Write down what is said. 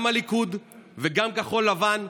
גם הליכוד וגם כחול לבן,